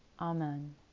Amen